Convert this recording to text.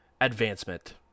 advancement